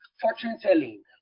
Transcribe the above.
fortune-telling